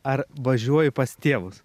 ar važiuoji pas tėvus